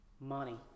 money